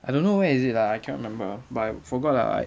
I don't know where is it lah I cannot remember but I forgot lah